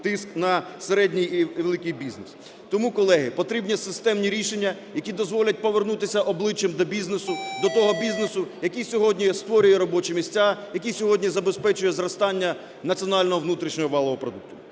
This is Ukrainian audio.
Тому, колеги, потрібні системні рішення, які дозволять повернутися обличчям до бізнесу, до того бізнесу, який сьогодні створює робочі місця, який сьогодні забезпечує зростання національного внутрішнього валового продукту.